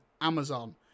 amazon